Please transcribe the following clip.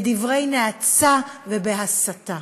בדברי נאצה ובהסתה.